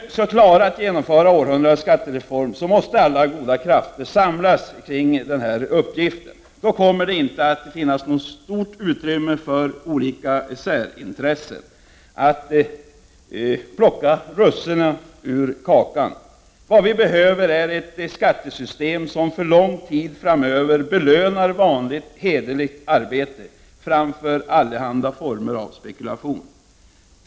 Om vi skall klara att genomföra århundradets skattereform, måste alla goda krafter samla sig kring denna uppgift. Då kommer det inte att finnas något stort utrymme för olika särintressen att plocka russinen ur kakan. Vad vi behöver är ett skattesystem som för lång tid framöver belönar vanligt hederligt arbete framför allehanda former av spekulation.